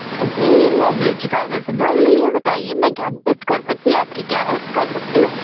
جی میں beauty parlour سے بول رہی ہوں بتائیے میں کیا مدد کر سکتی ہوں آپ کی کیا ہیلپ کر سکتی ہوں